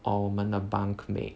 or 我们的 bunkmate